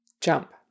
Jump